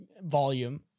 volume